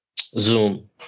Zoom